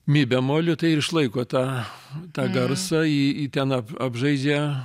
mi bemoliu tai ir išlaiko tą tą garsą jį jį ten ap apžaidžia